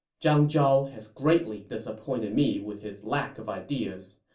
zhang zhao has greatly disappointed me with his lack of ideas.